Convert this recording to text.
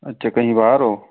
अच्छा कहीं बाहर हो